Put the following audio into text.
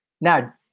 Now